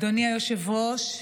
אדוני היושב-ראש,